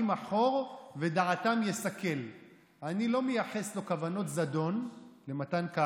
בעלה